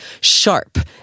sharp